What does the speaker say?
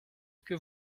que